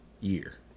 year